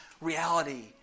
reality